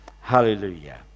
Hallelujah